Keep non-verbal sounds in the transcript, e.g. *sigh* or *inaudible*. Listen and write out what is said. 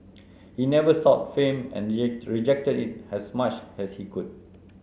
he never sought fame and *noise* rejected it as much as he could